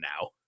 now